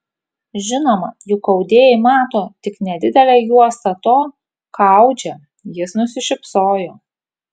žinoma juk audėjai mato tik nedidelę juostą to ką audžia jis nusišypsojo